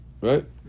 right